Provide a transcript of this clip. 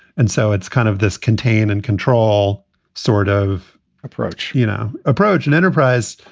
and so it's kind of this contain and control sort of approach, you know, approach and enterprise.